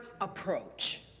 approach